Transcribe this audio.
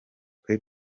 twe